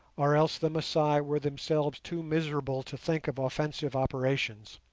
or else the masai were themselves too miserable to think of offensive operations,